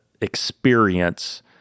experience